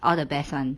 all the best [one]